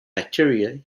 bacteria